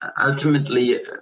Ultimately